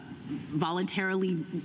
voluntarily